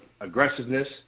aggressiveness